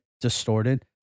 distorted